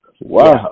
Wow